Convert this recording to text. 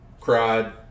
Cried